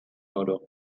oro